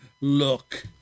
look